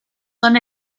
son